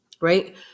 right